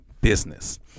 business